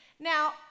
Now